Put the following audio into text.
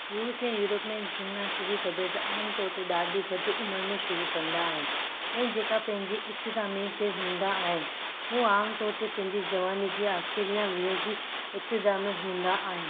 रूस ऐं यूरोप में जिमनास्ट जी त बेद आमतौर ते ॾाढी घटि उमिरि में शुरू कंदा आहिनि ऐं जेका पंहिंजी इख़्तितामी ते हूंदा आहिनि हू आमतौर ते पंहिंजी जवानी जे आख़िरु या वीह जी इब्तिदा में हूंदा आहिनि